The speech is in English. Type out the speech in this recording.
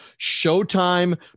Showtime